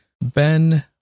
Ben